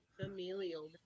familial